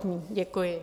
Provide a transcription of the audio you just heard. Děkuji.